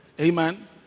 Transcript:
Amen